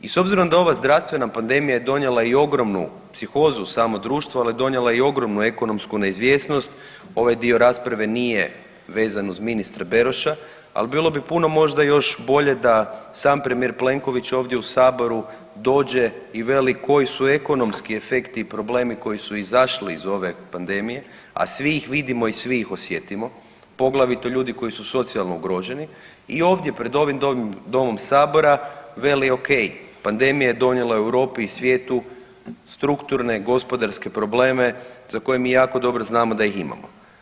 I s obzirom da ova zdravstvena pandemija je donijela i ogromnu psihozu u samo društvo, ali je donijela i ogromnu ekonomsku neizvjesnost ovaj dio rasprave nije vezan uz ministra Beroša, ali bilo bi puno možda još bolje da sam premijer Plenković ovdje u saboru dođe i veli koji su ekonomski efekti i problemi koji su izašli iz ove pandemije, a svi ih vidimo i svi ih osjetimo, poglavito ljudi koji su socijalno ugroženi i ovdje pred ovim domom sabora veli ok, pandemija je donijela Europi i svijetu, strukturne, gospodarske probleme za koje mi jako dobro znamo da ih imamo.